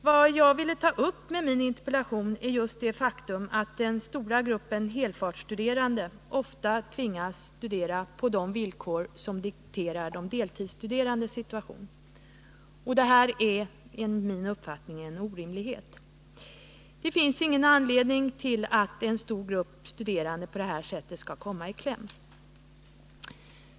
Vad jag vill peka på med min interpellation är just det faktum att den stora gruppen helfartsstuderande ofta tvingas studera på de villkor som dikterar de deltidsstuderandes situation. Detta är enligt min uppfattning en orimlighet. Det finns ingen anledning till att en stor grupp studerande på detta sätt kommer i kläm.